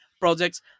projects